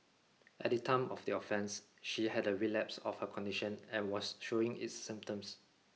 at the time of the offence she had a relapse of her condition and was showing its symptoms